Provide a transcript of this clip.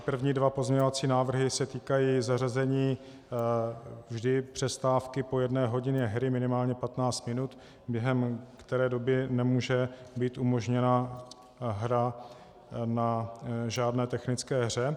První dva pozměňovací návrhy se týkají zařazení vždy přestávky po jedné hodině hry minimálně 15 minut, během které doby nemůže být umožněna hra na žádné technické hře.